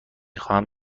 خواهم